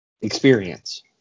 Experience